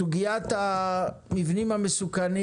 סוגיית המבנים המסוכנים